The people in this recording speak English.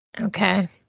Okay